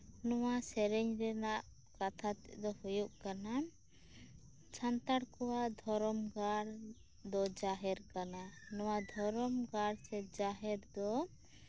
ᱱᱚᱶᱟ ᱥᱮᱨᱮᱧ ᱨᱮᱱᱟᱜ ᱠᱟᱛᱷᱟ ᱛᱮᱫ ᱫᱚ ᱦᱳᱭᱳᱜ ᱠᱟᱱᱟ ᱥᱟᱱᱛᱟᱲ ᱠᱚᱣᱟᱜ ᱫᱷᱚᱨᱚᱢ ᱜᱟᱲ ᱫᱚ ᱡᱟᱦᱮᱨ ᱠᱟᱱᱟ ᱱᱚᱶᱟ ᱫᱷᱚᱨᱚᱢ ᱜᱟᱲ ᱥᱮ ᱡᱟᱦᱮᱨ ᱫᱚ